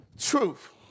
truth